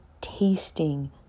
tasting